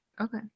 Okay